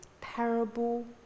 parable